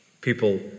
people